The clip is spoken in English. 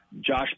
Josh